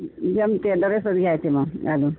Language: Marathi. जमते डरेसच यायचे मग घालून